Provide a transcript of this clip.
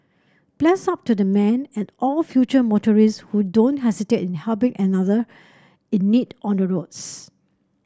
bless up to the man and all future motorist who don't hesitate in helping another in need on the roads